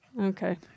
Okay